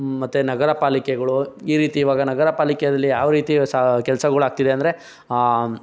ಮತ್ತು ನಗರ ಪಾಲಿಕೆಗಳು ಈ ರೀತಿ ಇವಾಗ ನಗರ ಪಾಲಿಕೆಯಲ್ಲಿ ಯಾವ ರೀತಿ ಸಾ ಕೆಲ್ಸಗಳಾಗ್ತಿದೆ ಅಂದರೆ